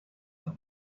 them